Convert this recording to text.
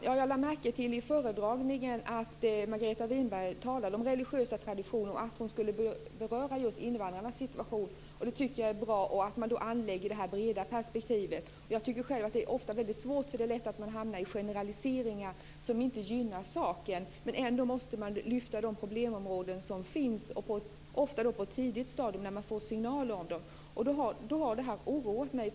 Fru talman! Jag lade i föredragningen märke till att Margareta Winberg talade om religiösa traditioner och om att hon skulle beröra just invandrarnas situation. Det tycker jag är bra. Det är bra att då anlägga det här breda perspektivet. Jag tycker själv att det ofta är väldigt svårt. Det är lätt att man hamnar i generaliseringar som inte gynnar saken. Ändå måste man lyfta fram de problemområden som finns, ofta på ett tidigt stadium när man får signaler om dem. Då har det här oroat mig.